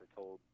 told